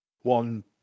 one